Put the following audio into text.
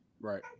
Right